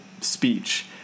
speech